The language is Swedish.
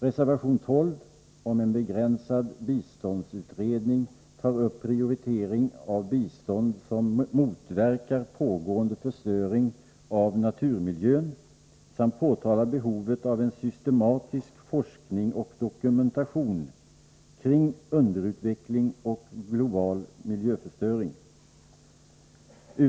Reservation 12 om en begränsad biståndsutredning tar upp prioritering av bistånd som motverkar pågående förstöring av naturmiljön samt påtalar behovet av en systematisk forskning och dokumentation kring underutveckling och global miljöförstöring.